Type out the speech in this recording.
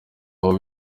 aho